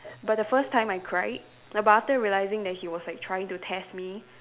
but the first time I cried but after realising that he was like trying to test me